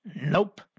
Nope